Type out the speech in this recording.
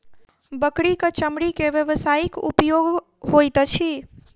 बकरीक चमड़ी के व्यवसायिक उपयोग होइत अछि